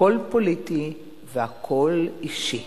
הכול פוליטי והכול אישי.